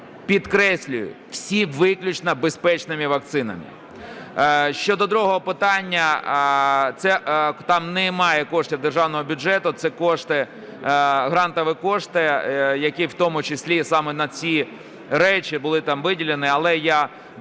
Підкреслюю, всі – виключно безпечними вакцинами. Щодо другого питання, це там немає коштів державного бюджету, це грантові кошти, які у тому числі саме на ці речі були там виділені. Але я